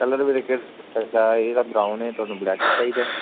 colour ਵੀਰੇ ਕਿਹੜਾ ਚਾਹੀਦਾ ਇਹਦਾ ਬਰਾਊਨ ਏ ਤੁਹਾਨੂੰ ਬਲੈਕ 'ਚ ਚਾਹੀਦਾ